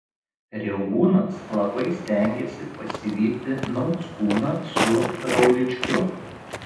riaubūnas labai stengėsi pasivyti nauckūną su rauličkiu